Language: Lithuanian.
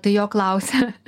tai jo klausė